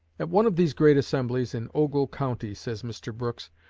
at one of these great assemblies in ogle county, says mr. brooks,